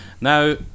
Now